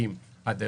מענקים עד היום,